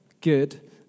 Good